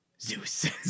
Zeus